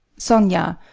sonia.